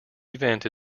event